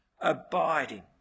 abiding